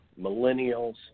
millennials